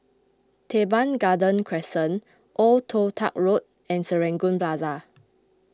Teban Garden Crescent Old Toh Tuck Road and Serangoon Plaza